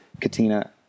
Katina